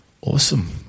Awesome